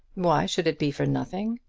why should it be for nothing?